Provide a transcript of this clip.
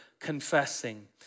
confessing